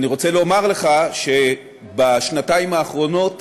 ואני רוצה לומר לך שבשנתיים האחרונות